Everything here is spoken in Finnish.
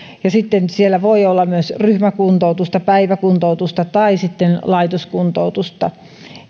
ja sitten siellä voi olla myös ryhmäkuntoutusta päiväkuntoutusta tai sitten laitoskuntoutusta